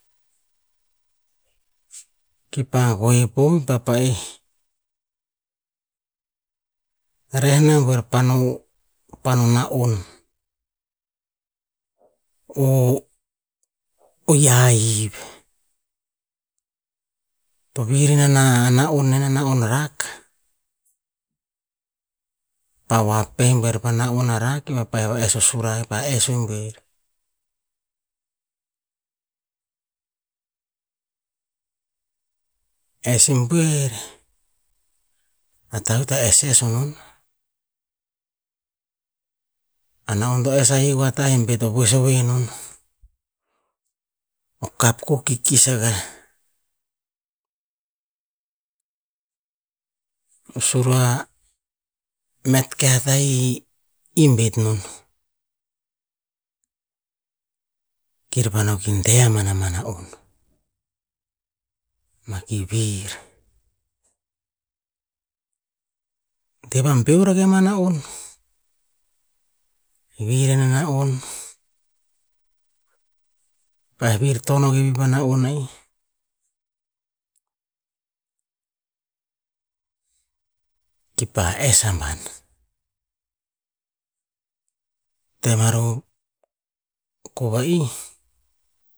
Kipa gue po ta pa'eh, reh na buer pano pano na'on, o- o hiahiv to vir ena na'on ena na'on a rak, pa hoa pe'ah i buer pa ma na'on rak pa va'es ino sura ih pah vaes i buer. Es i buer, a tah veh to ta esses o non, a na-on to ess ahik a tah eh bet ovoes enon, o kap ko o kikis akah. O sura met keh a tah, i bet non. Kir pa no ki deh ana mah ama na'on, ma ki vir deh va beor akah ma na'on, vir ana na'on. Pa'eh vir taon pih pa na'on a'ih kipa ess amban. Tem aru ko va'ih